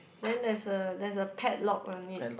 then there is a there is a padlock on it